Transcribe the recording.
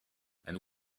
and